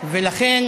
לכן